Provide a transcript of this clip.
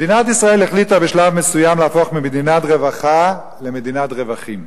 מדינת ישראל החליטה בשלב מסוים להפוך ממדינת רווחה למדינת רווחים.